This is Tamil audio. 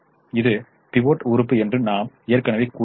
இது பிவோட் உறுப்பு என்று நாம் ஏற்கனவே கூறினோம்